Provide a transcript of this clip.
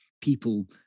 people